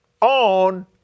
on